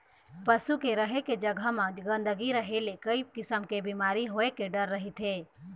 पशु के रहें के जघा म गंदगी रहे ले कइ किसम के बिमारी होए के डर रहिथे